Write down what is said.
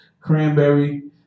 cranberry